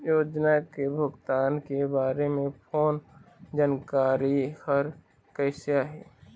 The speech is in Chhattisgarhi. योजना के भुगतान के बारे मे फोन जानकारी हर कइसे आही?